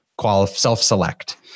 self-select